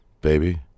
baby